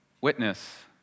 witness